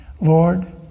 Lord